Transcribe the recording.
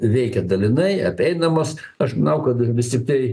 veikia dalinai apeinamos aš manau kad vis tiktai